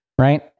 Right